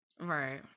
Right